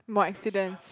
more accidents